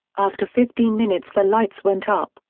after fifteen minutes the lights went up,